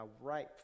right